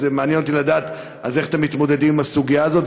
אז מעניין אותי לדעת איך אתם מתמודדים עם הסוגיה הזאת